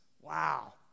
Wow